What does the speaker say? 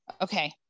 okay